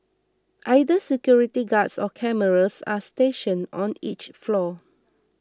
either security guards or cameras are stationed on each floor